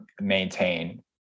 maintain